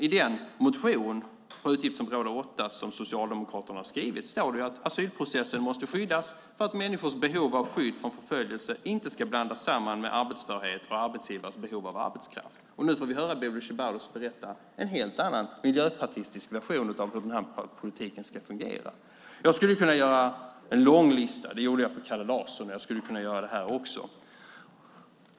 I den motion på utgiftsområde 8 som Socialdemokraterna har skrivit står det att asylprocessen måste skyddas för att människors behov av skydd från förföljelse inte ska blandas samman med arbetsförhet och arbetsgivares behov av arbetskraft. Nu får vi höra Bodil Ceballos berätta en helt annan miljöpartistisk version av hur den här politiken ska fungera. Jag skulle kunna göra en lång lista. Det gjorde jag för Kalle Larsson och jag skulle kunna göra det nu också.